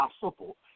possible